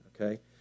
okay